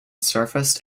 surfaced